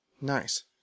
Nice